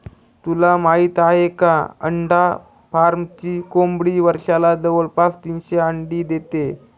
तुला माहित आहे का? अंडा फार्मची कोंबडी वर्षाला जवळपास तीनशे अंडी देते